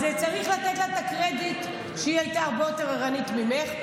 אז צריך לתת לה את הקרדיט שהיא הייתה הרבה יותר ערנית ממך.